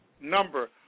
number